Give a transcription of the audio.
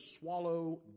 swallow